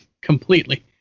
completely